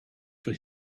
for